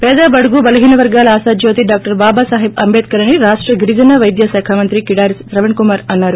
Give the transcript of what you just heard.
పేద బడుగు బలహీన వర్గాల ఆశాజ్యోతి డాక్షర్ బాబా సాహెబ్ అంబేద్సర్ అని రాష్ట గిరిజన వైద్య శాఖా మంత్రి కిదారి శ్రవణ్ కుమార్ అన్నారు